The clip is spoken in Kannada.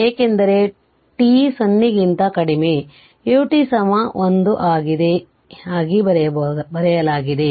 ಏಕೆಂದರೆ t 0 ಕ್ಕಿಂತ ಕಡಿಮೆ ut 1 ಗಾಗಿ ಬರೆಯಲಾಗಿದೆ